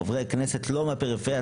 חברי הכנסת לא מהפריפריה,